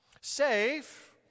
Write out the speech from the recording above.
Safe